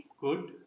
Good